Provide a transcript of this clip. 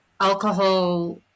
alcohol